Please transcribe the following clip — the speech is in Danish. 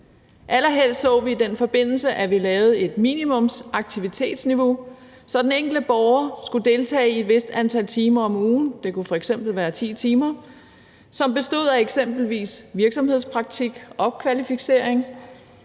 Allerhelst så vi i den forbindelse, at vi lavede et minimumsaktivitetsniveau, så den enkelte borger skulle deltage i et vist antal timer om ugen – det kunne f.eks. være 10 timer – som bestod af eksempelvis virksomhedspraktik, opkvalificering,